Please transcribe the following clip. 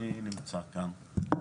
אני נמצא כאן.